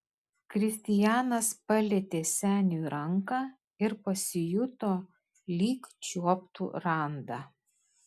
kristijanas palietė seniui ranką ir pasijuto lyg čiuoptų randą